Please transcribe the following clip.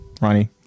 ronnie